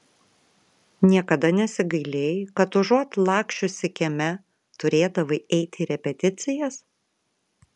niekada nesigailėjai kad užuot laksčiusi kieme turėdavai eiti į repeticijas